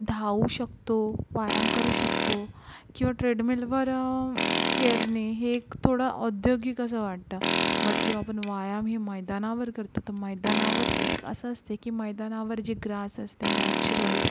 धावू शकतो व्यायाम करू शकतो किंवा ट्रेडमिलवर खेळणे हे एक थोडं औद्योगिक असं वाटतं बट जेव्हा आपण व्यायाम हे मैदानावर करतो तर मैदानावर एक असं असते की मैदानावर जे ग्रास असते नॅचरल